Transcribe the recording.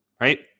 right